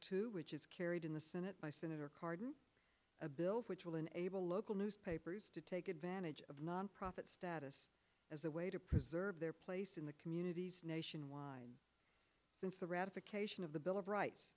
two which is carried in the senate by senator cardin a bill which will enable local newspapers to take advantage of nonprofit status as a way to preserve their place in the communities nationwide since the ratification of the bill of rights